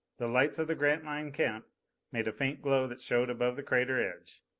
the lights of the grantline camp made a faint glow that showed above the crater edge.